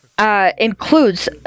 Includes